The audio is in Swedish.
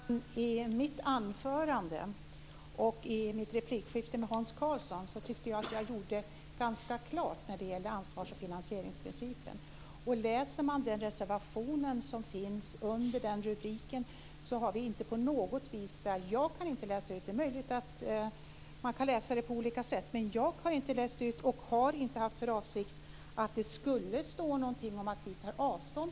Herr talman! I mitt anförande och i mitt replikskifte med Hans Karlsson tyckte jag att jag gjorde ganska klart var vi står i fråga om ansvars och finansieringsprincipen. Det är möjligt att man kan läsa ut något annat om man läser reservationen som finns under den rubriken. Men jag har inte kunnat läsa ut att vi skulle ta avstånd från ansvars och finansieringsprincipen, och det har heller inte varit avsikten att något sådant skulle stå.